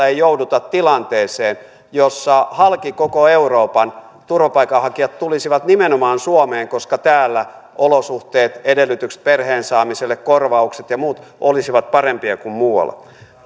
ei jouduta tilanteeseen jossa halki koko euroopan turvapaikanhakijat tulisivat nimenomaan suomeen koska täällä olosuhteet edellytykset perheen saamiselle korvaukset ja muut olisivat parempia kuin muualla